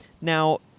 Now